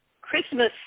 Christmas